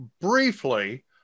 briefly